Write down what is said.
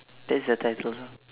that's the title lah